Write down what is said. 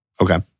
Okay